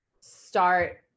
start